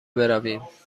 برویم